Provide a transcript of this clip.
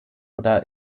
oder